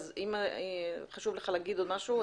אז אם חשוב לך להגיד עוד משהו.